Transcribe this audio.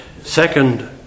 Second